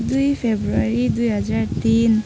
दुई फेब्रुअरी दुई हजार तिन